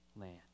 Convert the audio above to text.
land